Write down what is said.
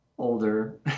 Older